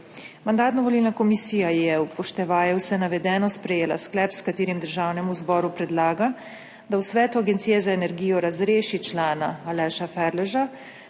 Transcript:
Mandatno-volilna komisija je, upoštevaje vse navedeno, sprejela sklep, s katerim Državnemu zboru predlaga, da v svetu Agencije za energijo razreši člana Aleša Ferleža